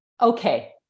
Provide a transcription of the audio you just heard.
okay